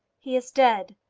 he is dead.